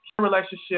relationship